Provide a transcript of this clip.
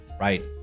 Right